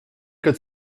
code